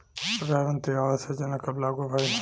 प्रधानमंत्री आवास योजना कब लागू भइल?